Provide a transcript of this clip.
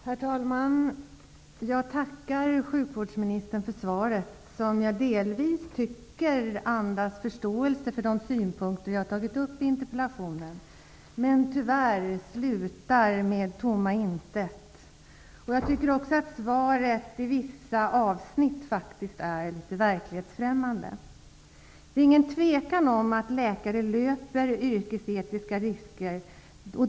Herr talman! Jag tackar sjukvårdsministern för svaret, som jag delvis tycker andas förståelse för de synpunkter jag har tagit upp i interpellationen. Men tyvärr slutar svaret med tomma intet. Jag tycker att svaret i vissa avsnitt är litet verklighetsfrämmande. Det råder inget tvivel om att läkare löper yrkesetiska risker.